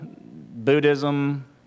Buddhism